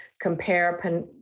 compare